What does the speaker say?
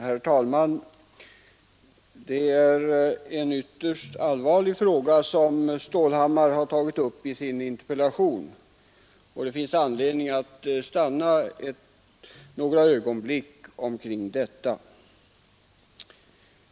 Herr talman! Det är en ytterst allvarlig fråga som herr Stålhammar har tagit upp i sin interpellation, och det finns anledning att stanna några ögonblick inför den.